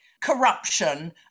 corruption